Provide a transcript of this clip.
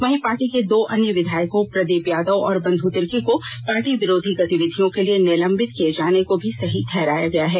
वहीं पार्टी के दो अन्य विधायकों प्रदीप यादव और बंधु तिर्की को पार्टी विरोधी गतिविधियों के लिए निलंबित किए जाने को भी सही ठहराया गया है